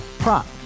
Prop